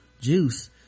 juice